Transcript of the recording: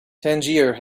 tangier